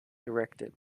erected